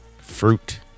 Fruit